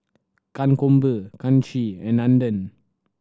Kankombu Kanshi and Nandan